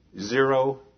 zero